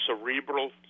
cerebral